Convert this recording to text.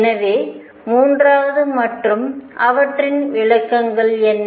எனவே மூன்றாவது மற்றும் அவற்றின் விளக்கங்கள் என்ன